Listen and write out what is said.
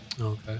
Okay